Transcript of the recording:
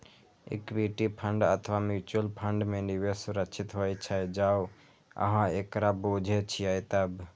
equity fund अथवा mutual fund मे निवेश सुरक्षित होइ छै, जौं अहां एकरा बूझे छियै तब